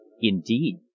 Indeed